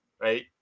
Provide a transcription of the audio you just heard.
right